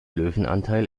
löwenanteil